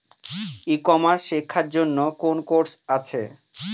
ই commerce শেক্ষার জন্য কোন কোর্স আছে?